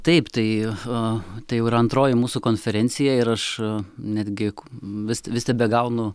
taip tai tai jau yra antroji mūsų konferencija ir aš netgi vis vis tebegaunu